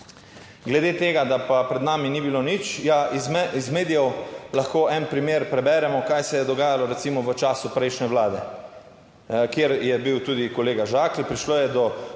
Glede tega, da pa pred nami ni bilo nič, ja, iz medijev lahko en primer preberemo, kaj se je dogajalo recimo v času prejšnje vlade, kjer je bil tudi kolega Žakelj. Prišlo je do